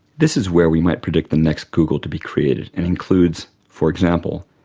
this is where we might predict the next google to be created and includes, for example,